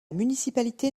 municipalité